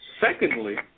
Secondly